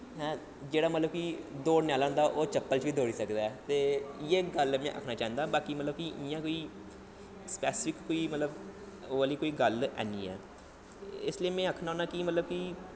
जेह्ड़ा मतलब कि दौड़ने आह्ला होंदा ऐ ओह् चप्पल च बी दौड़ी सकदा ऐ ते इ'यै गल्ल में आखना चांह्दा बाकी मतलब कि इ'यां कोई स्फैसिफिक मतलब कोई ओह् आह्ली गल्ल ऐ नेईं ऐ इस लेई में आखना होना कि में